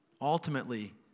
Ultimately